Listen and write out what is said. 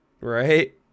right